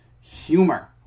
humor